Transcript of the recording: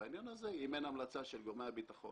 בעניין הזה אם אין המלצה של גורמי הביטחון